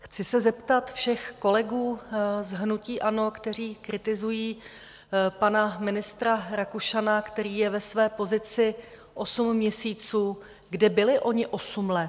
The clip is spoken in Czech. Chci se zeptat všech kolegů z hnutí ANO, kteří kritizují pana ministra Rakušana, který je ve své pozici osm měsíců, kde byli oni osm let.